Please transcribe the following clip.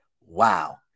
Wow